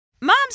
moms